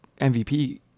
MVP